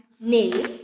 name